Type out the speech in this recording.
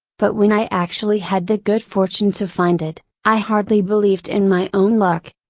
but when i actually had the good fortune to find it, i hardly believed in my own luck.